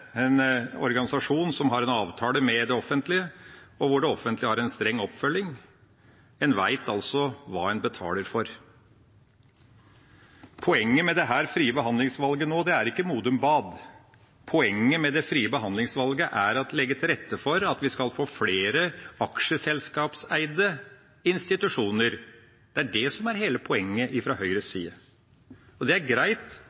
en organisasjon som har en avtale med det offentlige, og hvor det offentlige har en streng oppfølging. En vet altså hva en betaler for. Poenget med dette frie behandlingsvalget nå er ikke Modum Bad. Poenget med det frie behandlingsvalget er å legge til rette for at vi skal få flere aksjeselskapseide institusjoner. Det er det som er hele poenget fra Høyres side. Det er greit